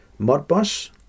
Modbus